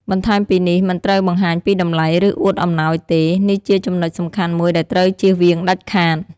បន្ថែមពីនេះ មិនត្រូវបង្ហាញពីតម្លៃ ឬអួតអំណោយទេ នេះជាចំណុចសំខាន់មួយដែលត្រូវជៀសវាងដាច់ខាត។